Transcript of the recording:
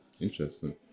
Interesting